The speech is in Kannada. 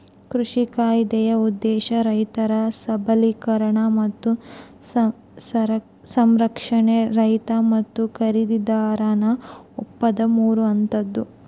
ಕೃಷಿ ಕಾಯ್ದೆಯ ಉದ್ದೇಶ ರೈತರ ಸಬಲೀಕರಣ ಮತ್ತು ಸಂರಕ್ಷಣೆ ರೈತ ಮತ್ತು ಖರೀದಿದಾರನ ಒಪ್ಪಂದ ಮೂರು ಹಂತದ್ದು